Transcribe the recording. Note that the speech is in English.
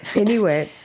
anyway,